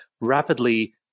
rapidly